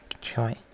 try